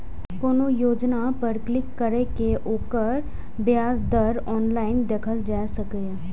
कोनो योजना पर क्लिक कैर के ओकर ब्याज दर ऑनलाइन देखल जा सकैए